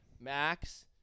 Max –